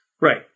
Right